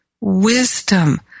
wisdom